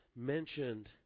mentioned